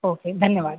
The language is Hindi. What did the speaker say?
ओके धन्यवाद